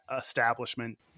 establishment